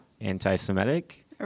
anti-semitic